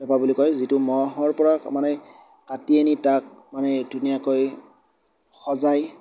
পেঁপা বুলি কয় যিটো ম'হৰ পৰা মানে কাটি আনি তাক মানে ধুনীয়াকৈ সজায়